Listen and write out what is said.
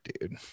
dude